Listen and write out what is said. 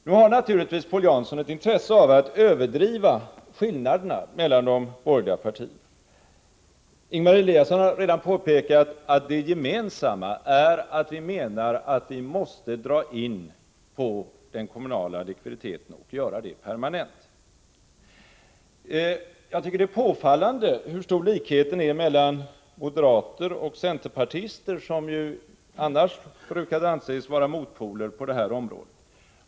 Nu har naturligtvis Paul Jansson ett intresse av att överdriva skillnaderna mellan de borgerliga partierna. Ingemar Eliasson har redan påpekat att det gemensamma är att vi menar att vi måste dra in på den kommunala likviditeten och göra det permanent. Det är påfallande hur stor likheten är mellan moderater och centerpartister, som ju annars brukar anses vara motpoler på detta område.